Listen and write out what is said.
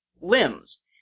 limbs